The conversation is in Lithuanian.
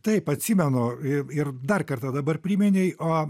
taip atsimenu i ir dar kartą dabar priminei o